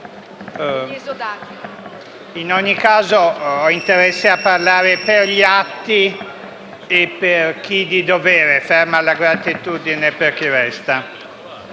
In ogni caso, ho interesse a parlare per gli atti e per chi di dovere, ferma la gratitudine per chi resta.